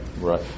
Right